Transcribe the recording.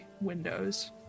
windows